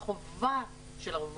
--- את נותנת חובה של ערבות,